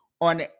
on